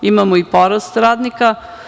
Imamo i porast radnika.